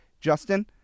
Justin